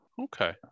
Okay